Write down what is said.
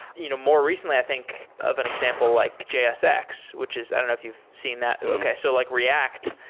you know more recently i think of an example, like jsx, which is i don't know if you've seen that. okay. so like react,